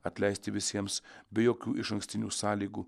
atleisti visiems be jokių išankstinių sąlygų